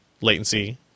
latency